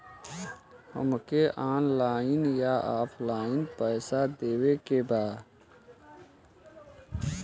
हमके ऑनलाइन या ऑफलाइन पैसा देवे के बा?